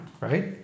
right